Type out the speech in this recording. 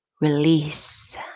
release